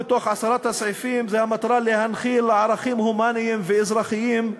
סעיף מתוך עשרת הסעיפים הוא המטרה להנחיל ערכים הומניים ואזרחיים,